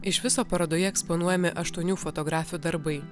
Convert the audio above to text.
iš viso parodoje eksponuojami aštuonių fotografių darbai